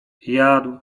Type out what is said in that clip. jadł